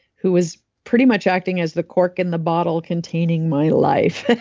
who was pretty much acting as the cork in the bottle containing my life,